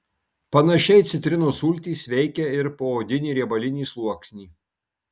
panašiai citrinos sultys veikia ir poodinį riebalinį sluoksnį